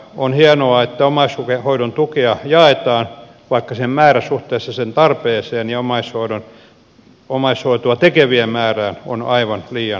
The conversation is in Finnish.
on hienoa että omaishoidon tukea jaetaan vaikka sen määrä suhteessa sen tarpeeseen ja omaishoitoa tekevien määrään on aivan liian pieni